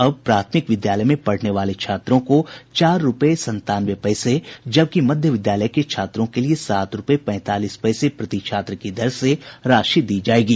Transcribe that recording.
अब प्राथमिक विद्यालय में पढ़ने वाले छात्रों को चार रूपये सत्तानवे पैसे जबकि मध्य विद्यालय के छात्रों के लिए सात रूपये पैंतालीस पैसे प्रति छात्र की दर से राशि दी जायेगी